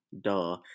duh